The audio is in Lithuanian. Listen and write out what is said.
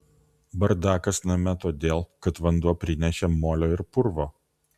bardakas name todėl kad vanduo prinešė molio ir purvo